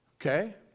Okay